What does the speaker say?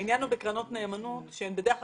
העניין בקרנות נאמנות זה שהן בדרך כלל